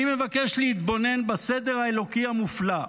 אני מבקש להתבונן בסדר האלוקי המופלא.